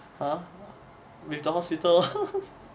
!huh! with the hospital lor